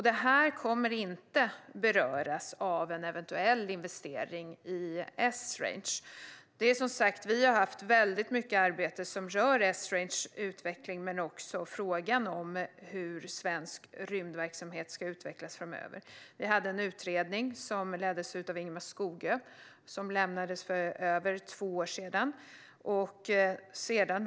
Det här kommer inte att beröras av en eventuell investering i Esrange. Vi har som sagt haft väldigt mycket arbete som rör Esranges utveckling men även frågan hur svensk rymdverksamhet ska utvecklas framöver. Vi hade en utredning som leddes av Ingemar Skogö och som lämnade sitt betänkande för över två år sedan.